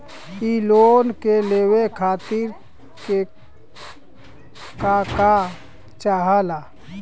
इ लोन के लेवे खातीर के का का चाहा ला?